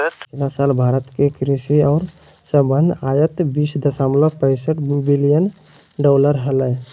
पिछला साल भारत के कृषि और संबद्ध आयात बीस दशमलव पैसठ बिलियन डॉलर हलय